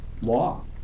law